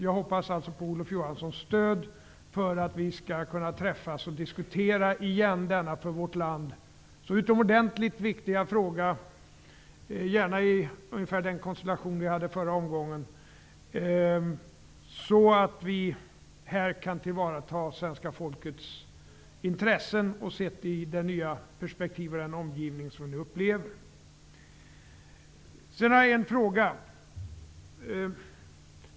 Jag hoppas alltså på Olof Johanssons stöd för att vi skall träffas och diskutera igen denna för vårt land så utomordentligt viktiga fråga. Det får gärna vara i ungefär samma konstellation som vi hade i förra omgången. Vi måste här ta till vara svenska folkets intressen i den nya omgivning och det nya perspektiv vi nu upplever. Jag har en fråga.